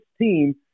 team